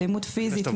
אלימות פיזית,